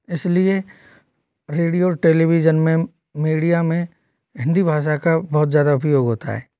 इसलिए रेडियो और टेलीविज़न में मीडिया में हिंदी भाषा का बहुत ज़्यादा उपयोग होता है